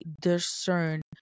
discern